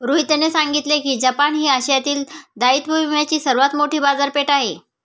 रोहितने सांगितले की जपान ही आशियातील दायित्व विम्याची सर्वात मोठी बाजारपेठ आहे